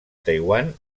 taiwan